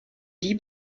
die